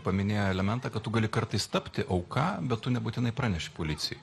paminėjo elementą kad tu gali kartais tapti auka bet tu nebūtinai praneši policijai